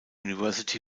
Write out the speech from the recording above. university